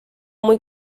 muy